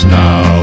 now